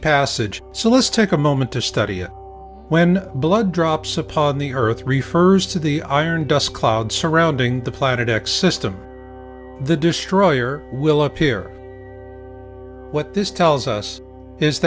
passage so let's take a moment to study it when blood drops upon the earth refers to the iron dust cloud surrounding the planet x system the destroyer will appear what this tells us is